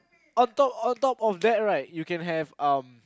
on top on top of that right you can have um